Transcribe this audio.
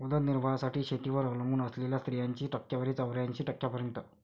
उदरनिर्वाहासाठी शेतीवर अवलंबून असलेल्या स्त्रियांची टक्केवारी चौऱ्याऐंशी टक्क्यांपर्यंत